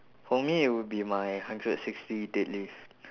for me it would be my hundred sixty deadlift